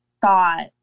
thought